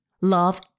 Love